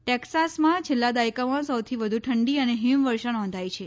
ટેક્સાસમાં છેલ્લા દાયકામાં સૌથી વધુ ઠંડી અને હિમવર્ષા નોંધાઈ છે